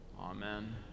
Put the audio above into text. Amen